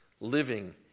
living